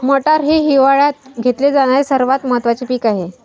मटार हे हिवाळयात घेतले जाणारे सर्वात महत्त्वाचे पीक आहे